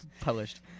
published